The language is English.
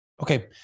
Okay